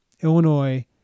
Illinois